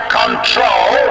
control